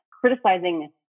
criticizing